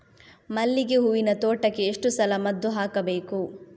ಮಲ್ಲಿಗೆ ಹೂವಿನ ತೋಟಕ್ಕೆ ಎಷ್ಟು ಸಲ ಮದ್ದು ಹಾಕಬೇಕು?